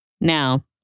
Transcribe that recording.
Now